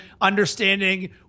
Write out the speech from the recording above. understanding